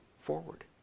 forward